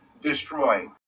destroy